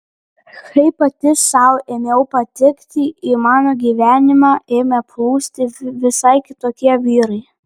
kai pati sau ėmiau patikti į mano gyvenimą ėmė plūsti visai kitokie vyrai